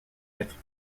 être